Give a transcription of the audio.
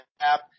app